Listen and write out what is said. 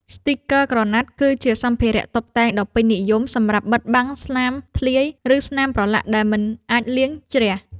ស្ទីគ័រក្រណាត់ គឺជាសម្ភារៈតុបតែងដ៏ពេញនិយមសម្រាប់បិទបាំងស្នាមធ្លាយ ឬស្នាមប្រឡាក់ដែលមិនអាចលាងជ្រះ។